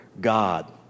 God